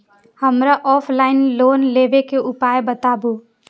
हमरा offline loan लेबे के उपाय बतबु?